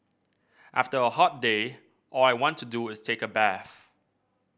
after a hot day all I want to do is take a bath